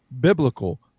biblical